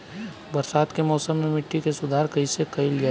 बरसात के मौसम में मिट्टी के सुधार कइसे कइल जाई?